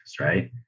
right